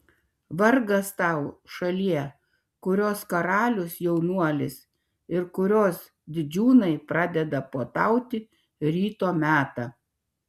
vargas tau šalie kurios karalius jaunuolis ir kurios didžiūnai pradeda puotauti ryto metą